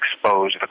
expose